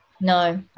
no